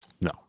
No